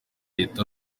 leta